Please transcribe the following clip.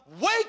wake